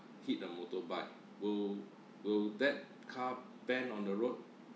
hit a motorbike will will that car ban on the road